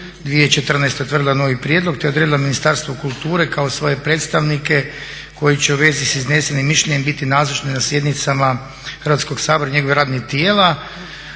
2014.utvrdila novi prijedlog te odredila Ministarstvu kulture kao svoje predstavnike koji će u vezi sa iznesenim mišljenjem biti nazočni na sjednicama Hrvatskog sabora i njegovih radnih tijela.